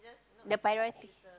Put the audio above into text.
the priority